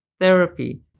therapy